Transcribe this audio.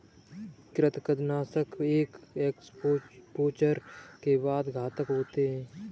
कृंतकनाशक एक एक्सपोजर के बाद घातक होते हैं